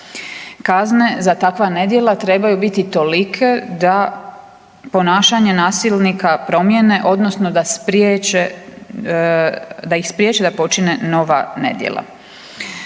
kazne za takva nedjela trebaju biti tolike da ponašanje nasilnika promijene odnosno da ih spriječe da počine nova nedjela.